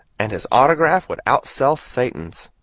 and his autograph would outsell satan's.